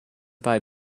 buy